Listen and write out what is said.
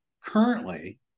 currently